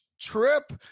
trip